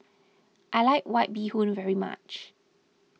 I like White Bee Hoon very much